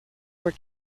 were